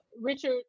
Richard